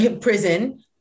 prison